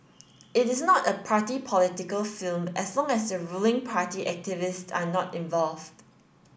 it is not a party political film as long as ruling party activists are not involved